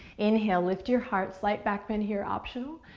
inhale, lift your heart, slight back bend here, optional.